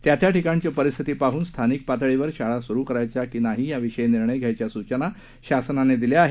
त्या त्या ठिकाणची परिस्थिती पाहून स्थानिक पातळीवर शाळा सुरु करायाच्या की नाही या विषयी निर्णय घ्यायच्या सूचना शासनाने दिल्या आहेत